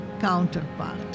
counterpart